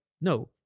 no